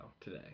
today